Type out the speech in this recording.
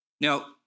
Now